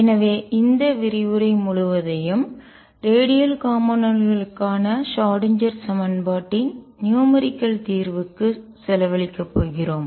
எனவே இந்த விரிவுரை முழுவதையும் ரேடியல் காம்போனென்ட் களுக்கான கூறு ஷ்ராடின்ஜெர் சமன்பாட்டின் நியூமெரிக்கல்எண்ணியல் தீர்வுக்கு செலவழிக்க போகிறோம்